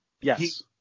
Yes